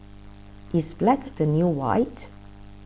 is black the new white